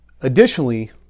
Additionally